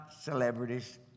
celebrities